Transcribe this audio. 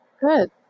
good